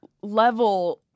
level